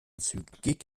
zügig